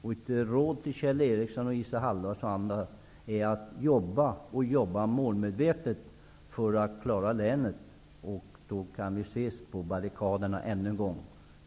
Ett råd till Kjell Ericsson och Isa Halvarsson är att jobba och jobba målmedvetet för att klara länet. Då kan vi ses på barrikaderna än en gång.